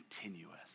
continuous